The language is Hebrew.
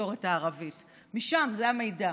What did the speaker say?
בתקשורת הערבית משם זה המידע.